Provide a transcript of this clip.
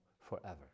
forever